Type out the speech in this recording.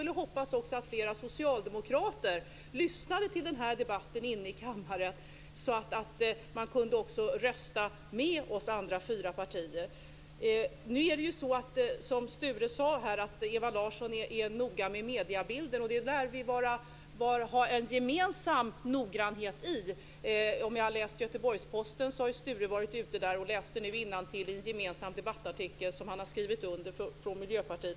Jag hoppas att flera socialdemokrater lyssnar till den här debatten inne i kammaren, så att de också kan rösta med oss andra fyra partier. Sture sade att Ewa Larsson är noga med mediebilden. Det lär vi nog ha gemensamt. Jag har läst Göteborgs-Posten; Sture har ju varit med där, och jag läste nu innantill i en gemensam debattartikel som han har skrivit under.